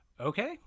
Okay